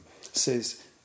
says